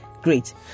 great